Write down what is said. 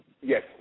yes